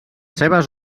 seves